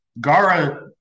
Gara